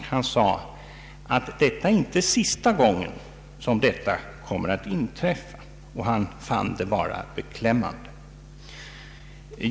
Han trodde inte, sade han, att detta var sista gången som något sådant inträffade, vilket han fann beklämmande.